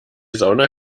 sauna